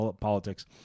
politics